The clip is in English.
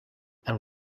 and